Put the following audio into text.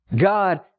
God